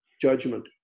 judgment